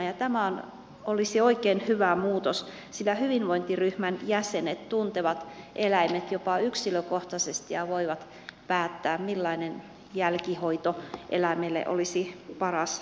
tämä olisi oikein hyvä muutos sillä hyvinvointiryhmän jäsenet tuntevat eläimet jopa yksilökohtaisesti ja voivat päättää millainen jälkihoito eläimelle olisi paras mahdollinen